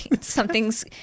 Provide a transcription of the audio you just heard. something's –